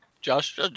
Josh